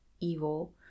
evil